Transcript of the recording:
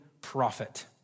prophet